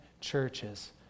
churches